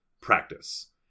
practice